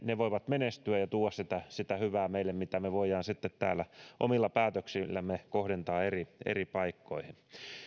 ne voivat menestyä ja tuoda meille sitä hyvää mitä me voimme sitten täällä omilla päätöksillämme kohdentaa eri eri paikkoihin